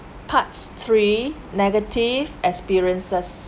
part three negative experiences